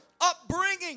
upbringing